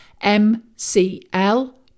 MCL